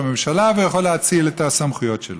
והוא יכול להאציל את הסמכויות שלו.